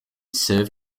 serve